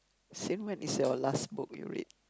since when is your last book you read